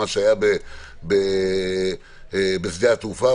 כמו מה שהיה בשדה התעופה.